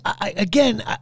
again